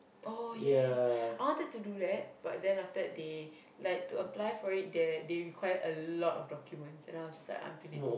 oh ya I wanted to do that but then after that they like to apply for it that they require a lot of documents and I was like I'm too lazy